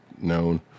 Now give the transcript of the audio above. known